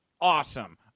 awesome